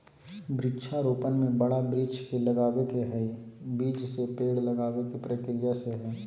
वृक्षा रोपण में बड़ा वृक्ष के लगावे के हई, बीज से पेड़ लगावे के प्रक्रिया से हई